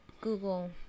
Google